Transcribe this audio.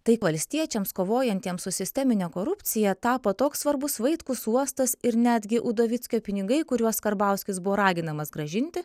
taip valstiečiams kovojantiems su sistemine korupcija tapo toks svarbus vaitkus uostas ir netgi udovickio pinigai kuriuos karbauskis buvo raginamas grąžinti